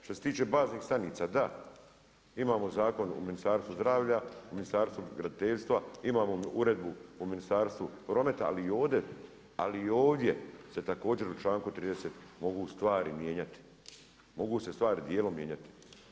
Što se tiče baznih stanica, da imamo zakon u Ministarstvu zdravlja u Ministarstvu graditeljstva, imamo uredbu u Ministarstvu prometa ali i ovdje se također u članku 30. mogu stvari mijenjati, mogu se stvari dijelom mijenjati.